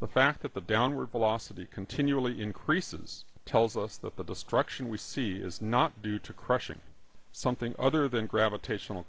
the fact that the downward velocity continually increases tells us that the destruction we see is not due to crashing something other than gravitational